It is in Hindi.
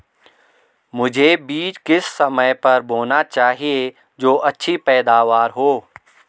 मुझे बीज किस समय पर बोना चाहिए जो अच्छी पैदावार हो?